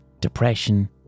depression